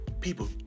People